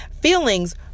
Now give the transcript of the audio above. Feelings